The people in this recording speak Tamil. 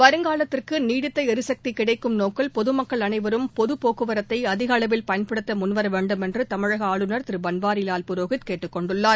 வருங்காலத்திற்கு நீடித்த ளிசக்தி கிடைக்கும் நோக்கில் பொதுமக்கள் அனைவரும் பொது போக்குவரத்தை அதிக அளவில் பயன்படுத்த முன்வர வேண்டும் என்று தமிழக ஆளுநர் திரு பன்வாரிலால் புரோகித் கேட்டுக்கொண்டுள்ளார்